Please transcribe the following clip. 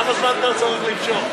כמה זמן אתה עוד צריך למשוך?